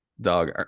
dog